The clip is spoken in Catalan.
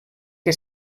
que